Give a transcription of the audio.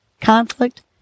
conflict